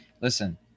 Listen